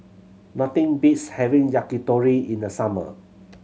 nothing beats having Yakitori in the summer